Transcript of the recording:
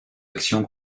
action